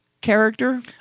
character